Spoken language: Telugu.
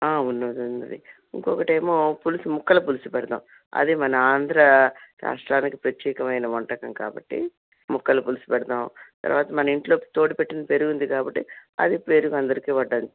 ఉన్నాది ఉన్నాది ఇంకోకటేమో పులుసు ముక్కల పులుసు పెడదాము అది మన ఆంధ్ర రాష్ట్రానికి ప్రత్యేకమైన వంటకం కాబట్టి ముక్కల పులుసు పెడదాం తర్వాత మన ఇంట్లో తోడు పెట్టిన పెరుగు ఉంది కాబట్టి అది పెరుగు అందరికి వడ్డన